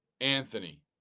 Anthony